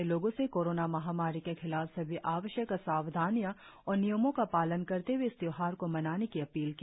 उन्होंने लोगो से कोरोना महामारी के खिलाफ सभी आवश्यक सावधानियाँ और नियमों का पालन करते हए इस त्योहार को मनाने की अपील की